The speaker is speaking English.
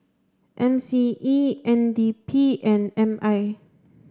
M C E N D P and M I